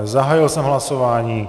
Zahájil jsem hlasování.